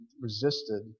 resisted